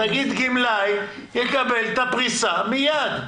תגיד שגמלאי יקבל את הפריסה מיד.